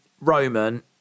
Roman